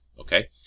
okay